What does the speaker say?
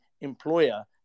employer